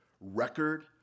record